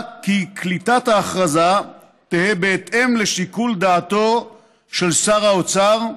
כי קליטת ההכרזה תהא בהתאם לשיקול דעתו של שר האוצר,